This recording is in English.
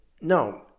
No